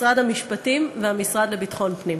משרד המשפטים והמשרד לביטחון פנים.